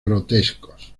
grotescos